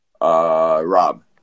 Rob